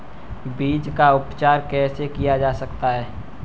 बीज का उपचार कैसे किया जा सकता है?